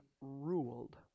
ruled